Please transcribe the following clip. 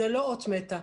זאת לא אות מתה.